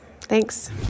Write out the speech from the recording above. Thanks